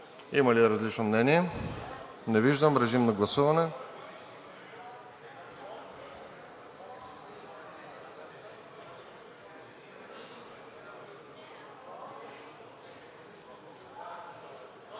Има ли различно мнение? Не виждам. Режим на гласуване!